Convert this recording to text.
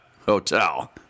hotel